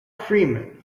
freeman